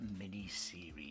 miniseries